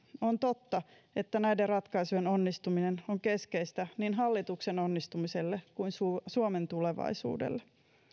on totta että näiden ratkaisujen onnistuminen on keskeistä niin hallituksen onnistumiselle kuin suomen tulevaisuudelle